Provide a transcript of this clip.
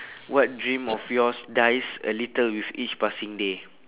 what dream of yours dies a little with each passing day